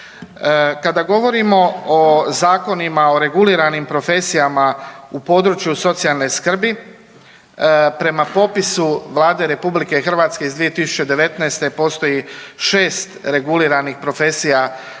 Kada govorimo o zakonima o reguliranim profesijama u području socijalne skrbi, prema popisu Vlade RH iz 2019. postoji šest regulirani profesija